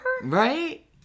Right